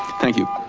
thank you.